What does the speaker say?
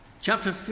Chapter